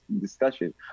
discussion